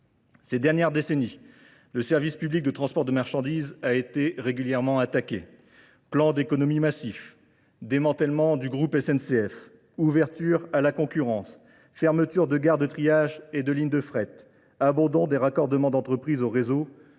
Ces dernières décennies, le service public de transport de marchandises a été régulièrement attaqué. Plan d'économie massif, démantèlement du groupe SNCF, ouverture à la concurrence, fermeture de gares de triage et de lignes de fret, abandon des raccordements d'entreprises au réseau,